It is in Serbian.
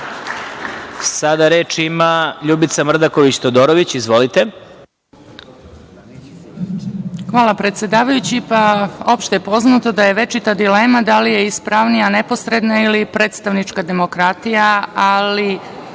**Ljubica Mrdaković Todorović** Hvala, predsedavajući. Opšte je poznato da je večita dilema da li je ispravnija neposredna ili predstavnička demokratija, ali